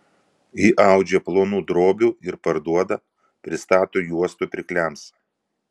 ji audžia plonų drobių ir parduoda pristato juostų pirkliams